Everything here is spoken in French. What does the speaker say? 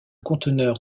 conteneur